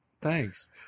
Thanks